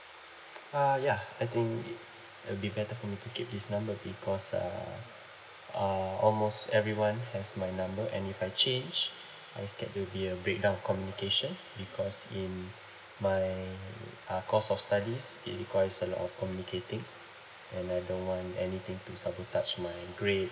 uh ya I think it it'll be better for me to keep this number because uh uh almost everyone has my number and if I change I scared it'll be a breakdown of communication because in my uh course of studies it requires a lot of communicating and I don't want anything to sabotage my grade